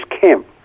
camp